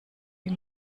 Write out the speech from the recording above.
wie